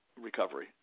recovery